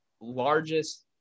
largest